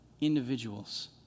individuals